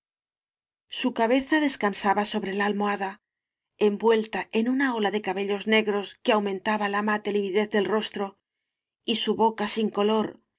su cabeza descansaba sobre la almohada envuelta en una ola de cabellos negros que aumentaba la mate lividez del rostro y su boca sin color